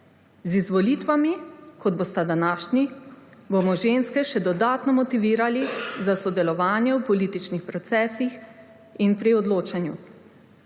Z izvolitvami, kot bosta današnji, bomo ženske še dodatno motivirali za sodelovanje v političnih procesih in pri odločanju.